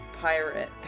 pirate